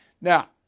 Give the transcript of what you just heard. Now